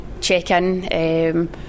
check-in